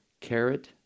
carrot